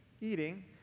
Eating